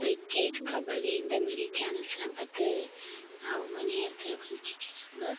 cricket kabaddi இந்தமாரி channels எல்லாம் பார்த்து அவங்க நேரத்தை கழிச்சுக்கிறாங்க